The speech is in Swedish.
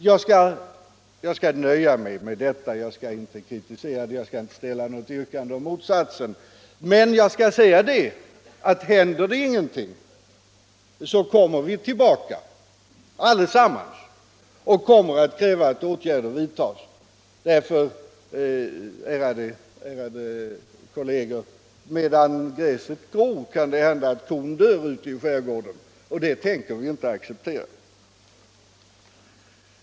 Jag skall nöja mig med detta. Jag skall inte kritisera utskottets skrivning, och jag skall inte ställa något yrkande i motsatt riktning. Men jag skall säga att händer det ingenting kommer vi tillbaka allesammans, och vi kommer att kräva att åtgärder vidtas. Ty, ärade kolleger, medan gräset gror kan det hända att kon dör ute i skärgården, och det tänker vi inte acceptera.